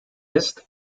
ist